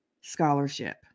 scholarship